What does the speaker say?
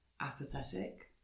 apathetic